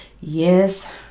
yes